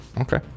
Okay